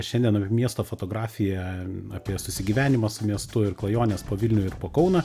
šiandien miesto fotografija apie susigyvenimą su miestu ir klajones po vilnių po kauną